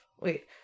wait